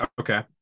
Okay